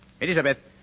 Elizabeth